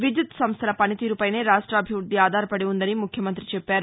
విద్యుత్ సంస్థల పనితీరుపైనే రాష్టిభివృద్ధి ఆధారపడి ఉందని ముఖ్యమంతి చెప్పారు